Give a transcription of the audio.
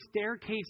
staircase